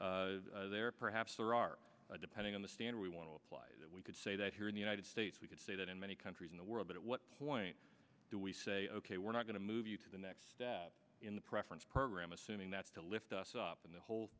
concerns there perhaps there are depending on the stand we want to apply that we say that here in the united states we could say that in many countries in the world but at what point do we say ok we're not going to move you to the next step in the preference program assuming that's to lift us up and the whole